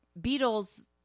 Beatles